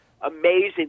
amazing